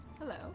Hello